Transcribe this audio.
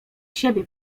siebie